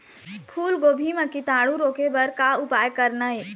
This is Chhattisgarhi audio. फूलगोभी म कीटाणु रोके बर का उपाय करना ये?